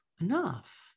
enough